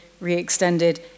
re-extended